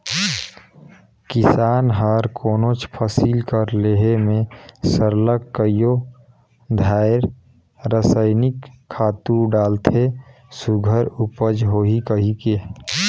किसान हर कोनोच फसिल कर लेहे में सरलग कइयो धाएर रसइनिक खातू डालथे सुग्घर उपज होही कहिके